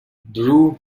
drew